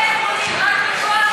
איך מונעים, רק בכוח?